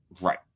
right